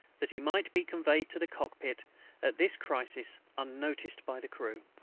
that he might be conveyed to the cockpit at this crisis unnoticed by the crew.